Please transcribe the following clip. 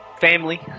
family